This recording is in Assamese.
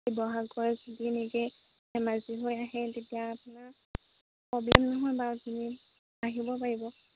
শিৱসাগৰ যদি এনেকৈ ধেমাজি হৈ আহে তেতিয়া আপোনাৰ প্ৰব্লেম নহয় বাৰু আপুনি আহিব পাৰিব